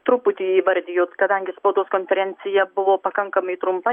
truputį įvardijot kadangi spaudos konferencija buvo pakankamai trumpa